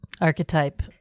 archetype